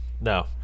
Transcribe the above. No